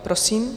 Prosím.